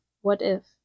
what-if